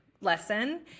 lesson